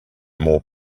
more